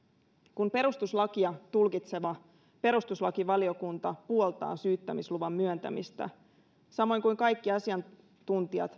kun perustuslakia tulkitseva perustuslakivaliokunta puoltaa syyttämisluvan myöntämistä samoin kuin valiokunnassa kaikki asiantuntijat